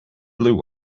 blue